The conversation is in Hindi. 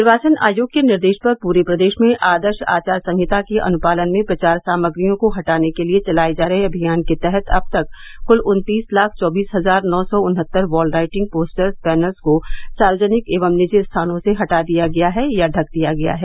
निर्वाचन आयोग के निर्देश पर पूरे प्रदेश में आदर्श आचार संहिता के अनुपालन में प्रचार सामाग्रियों को हटाने के लिए चलाये जा रहे अभियान के तहत अब तक कुल उन्तीस लाख चौबीस हजार नौ सौ उन्हत्तर यॉल राइटिंग पोस्टर्स बैनर्स को सार्वजनिक एवं निजी स्थानों से हटा दिया गया हैं या ढक दिया गया हैं